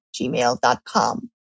gmail.com